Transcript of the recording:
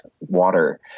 water